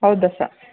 ಹೌದಾ ಸಾ